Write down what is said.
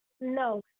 No